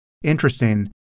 Interesting